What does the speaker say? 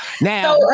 Now